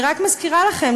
אני רק מזכירה לכם,